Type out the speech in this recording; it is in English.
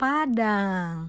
Padang